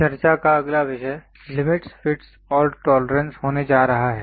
चर्चा का अगला विषय लिमिटस् फिटस् और टोलरेंस होने जा रहा है